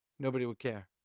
nobody would care.